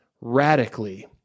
radically